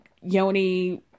yoni